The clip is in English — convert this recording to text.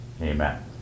amen